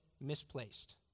misplaced